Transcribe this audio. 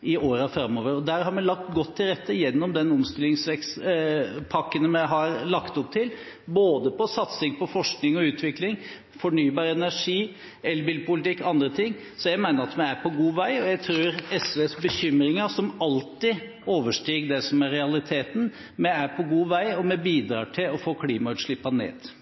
i årene framover. Det har vi lagt godt til rette for gjennom de omstillingspakkene vi har lagt opp til, både satsing på forskning og utvikling, fornybar energi, elbilpolitikk og andre ting. Så jeg mener vi er på god vei. Jeg tror SVs bekymringer – som alltid – overstiger det som er realiteten. Vi er på god vei, og vi bidrar til å få klimautslippene ned.